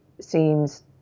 seems